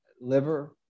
liver